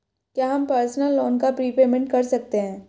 क्या हम personal loan का प्रीपेमेंट कर सकते हैं?